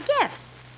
gifts